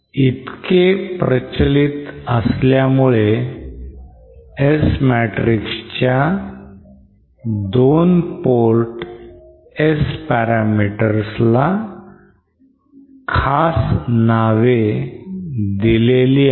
इतके प्रचलित असल्यामुळे S matrix च्या 2 port S parameters ला खास नावे दिलेली आहेत